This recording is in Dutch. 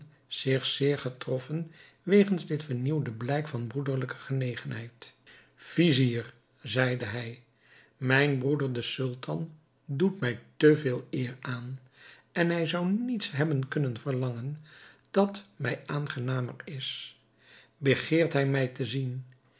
zich zeer getroffen wegens dit vernieuwde blijk van broederlijke genegenheid vizier zeide hij mijn broeder de sultan doet mij te veel eer aan en hij zou niets hebben kunnen verlangen dat mij aangenamer is begeert hij mij te zien